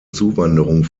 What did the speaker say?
zuwanderung